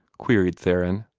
queried theron.